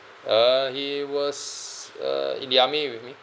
uh he was uh in the army with me